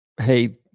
hey